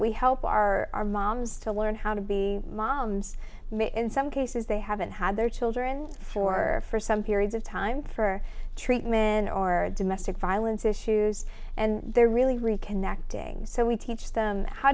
we help our moms to learn how to be moms may in some cases they haven't had their children for for some periods of time for treatment or domestic violence issues and they're really reconnecting so we teach them how